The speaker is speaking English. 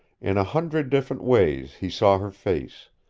in a hundred different ways he saw her face,